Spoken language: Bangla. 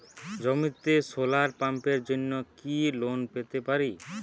জমিতে সোলার পাম্পের জন্য কি লোন পেতে পারি?